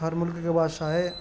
ہر ملک کے بادشاہ آئے